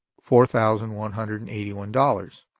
four thousand one hundred and eighty one dollars.